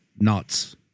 nuts